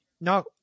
No